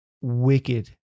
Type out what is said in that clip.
wicked